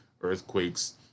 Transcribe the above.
earthquakes